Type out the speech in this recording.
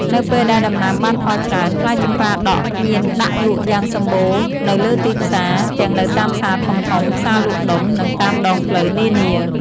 នៅពេលដែលដំណាំបានផលច្រើន ផ្លែចម្ប៉ាដាក់មានដាក់លក់យ៉ាងសម្បូរនៅលើទីផ្សារ ទាំងនៅតាមផ្សារធំៗ ផ្សារលក់ដុំ និងតាមដងផ្លូវនានា។